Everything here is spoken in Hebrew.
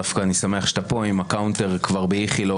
בדומה לרועצת שחשפו את פניה ואת דעותיה הפוליטיות שמתערבבות להם בהחלטות